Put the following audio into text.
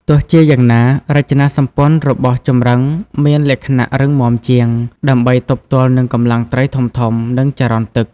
ទោះជាយ៉ាងណា រចនាសម្ព័ន្ធរបស់ចម្រឹងមានលក្ខណៈរឹងមាំជាង ដើម្បីទប់ទល់នឹងកម្លាំងត្រីធំៗ និងចរន្តទឹក។